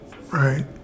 right